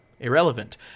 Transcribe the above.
Irrelevant